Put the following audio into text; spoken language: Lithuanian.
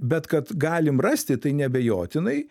bet kad galim rasti tai neabejotinai